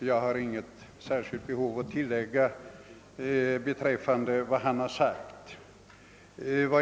om. Jag har inte något särskilt behov av att tillägga någonting till vad han har sagt.